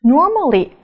Normally